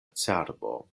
cerbo